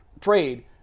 trade